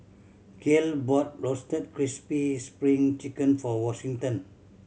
Gale bought Roasted Crispy Spring Chicken for Washington